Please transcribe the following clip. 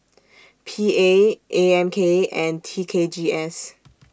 P A A M K and T K G S